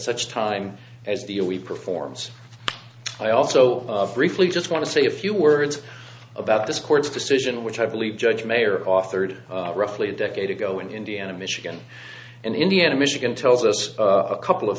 such time as deal we performs i also briefly just want to say a few words about this court's decision which i believe judge may or authored roughly a decade ago in indiana michigan and indiana michigan tells us a couple of